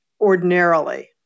ordinarily